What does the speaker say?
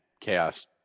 chaos